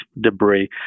debris